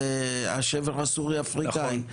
זה השבר הסורי אפריקאי,